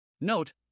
Note